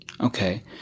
Okay